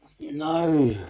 No